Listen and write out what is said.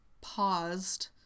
paused